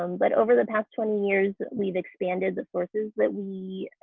um but over the past twenty years we've expanded the sources that we